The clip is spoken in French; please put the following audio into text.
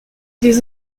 des